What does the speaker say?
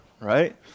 right